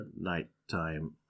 nighttime